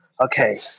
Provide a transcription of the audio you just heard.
Okay